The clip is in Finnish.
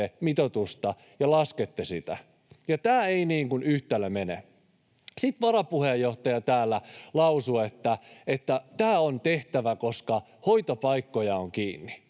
mitoitusta ja laskette sitä? Tämä yhtälö ei mene. Sitten varapuheenjohtaja täällä lausui, että tämä on tehtävä, koska hoitopaikkoja on kiinni,